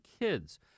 kids